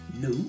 no